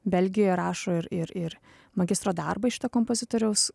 belgijoje rašo ir ir ir magistro darbą iš šito kompozitoriaus